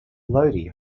lodi